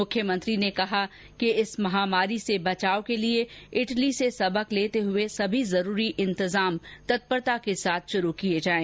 मुख्यमंत्री ने कहा कि इस महामारी से बचाव के लिए इटली से सबक लेते हुए सभी जरूरी इंतजाम तत्परता के साथ शुरू किए जाएं